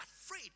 afraid